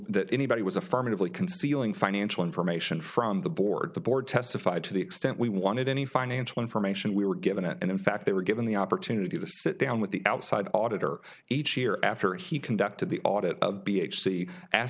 that anybody was affirmatively concealing financial information from the board the board testified to the extent we wanted any financial information we were given and in fact they were given the opportunity to sit down with the outside auditor each year after he conducted the audit b h c ask